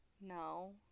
No